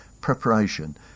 preparation